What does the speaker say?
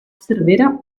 cervera